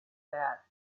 that